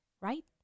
Right